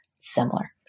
similar